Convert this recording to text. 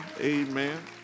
amen